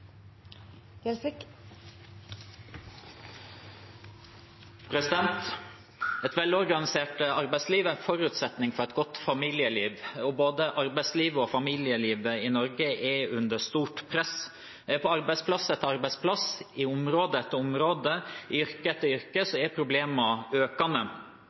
forutsetning for et godt familieliv, og både arbeidslivet og familielivet i Norge er under stort press. På arbeidsplass etter arbeidsplass, i område etter område, i yrke etter yrke, er problemene økende.